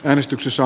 äänestyksessä